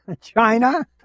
China